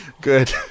Good